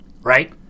right